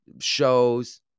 shows